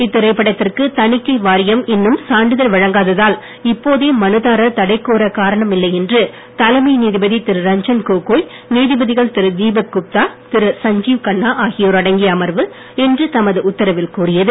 இத்திரைப்படத்திற்கு தணிக்கை வாரியம் இன்னும் சான்றிதழ் வழங்காததால் இப்போதே மனுதாரர் தடை காரணம் இல்லை என்று தலைமை நீதிபதி திரு ரஞ்சன் கோரக் கோகோய் நீதிபதிகள் திரு தீபக் குப்தா திரு சஞ்சீவ் கன்னா ஆகியோர் அடங்கிய அமர்வு இன்று தமது உத்தரவில் கூறியது